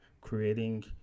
creating